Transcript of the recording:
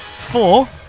Four